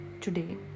today